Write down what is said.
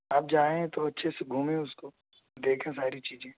آپ جائیں تو اچھے سے گھومیں اس کو دیکھیں ساری چیزیں